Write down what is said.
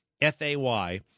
F-A-Y